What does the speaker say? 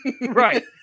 Right